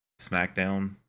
SmackDown